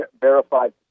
verified